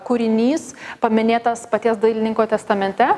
kūrinys paminėtas paties dailininko testamente